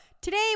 today